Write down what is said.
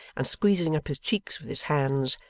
and squeezing up his cheeks with his hands,